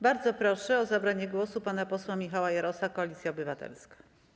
Bardzo proszę o zabranie głosu pana posła Michała Jarosa, Koalicja Obywatelska.